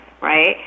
right